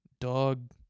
dog